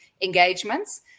engagements